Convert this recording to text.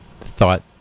thought